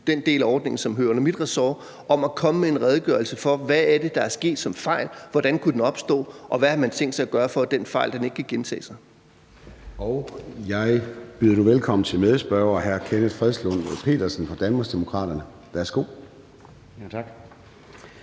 den del af ordningen, som hører under mit ressort, om at komme med en redegørelse for: Hvad er det, der er sket som fejl, hvordan kunne den opstå, og hvad har man tænkt sig at gøre, for at den fejl ikke kan gentage sig? Kl. 14:13 Formanden (Søren Gade): Jeg byder nu velkommen til medspørger hr. Kenneth Fredslund Petersen fra Danmarksdemokraterne. Værsgo. Kl.